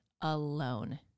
alone